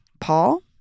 paul